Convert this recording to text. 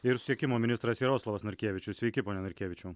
ir susiekimo ministras jaroslavas narkevičius sveiki pone narkevičiau